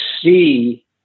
see